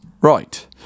Right